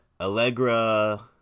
Allegra